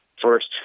first